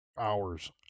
hours